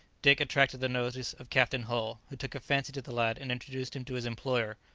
dick attracted the notice of captain hull, who took a fancy to the lad and introduced him to his employer.